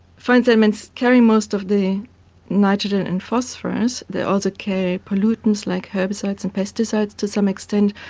fine sediments carry most of the nitrogen and phosphorous, they also carry pollutants like herbicides and pesticides to some extent,